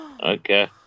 Okay